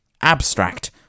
Abstract